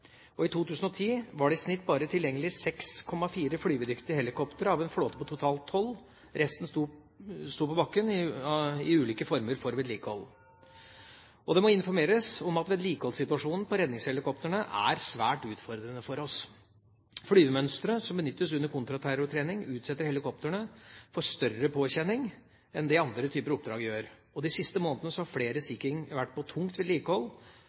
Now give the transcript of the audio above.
vedlikeholdskrevende. I 2010 var det i snitt bare tilgjengelig 6,4 flygedyktige helikoptre av en flåte på totalt 12. Resten sto på bakken på grunn av ulike former for vedlikehold. Det må informeres om at vedlikeholdssituasjonen på redningshelikoptrene er svært utfordrende for oss. Flygemønsteret som benyttes under kontraterrortrening, utsetter helikoptrene for større påkjenning enn det andre typer oppdrag gjør. De siste månedene har flere Sea King vært på tyngre vedlikehold